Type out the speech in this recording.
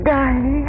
die